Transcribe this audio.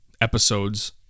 episodes